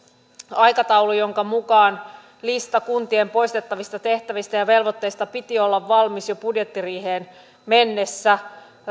aikataulu jonka mukaan listan kuntien poistettavista tehtävistä ja velvoitteista piti olla valmis jo budjettiriiheen mennessä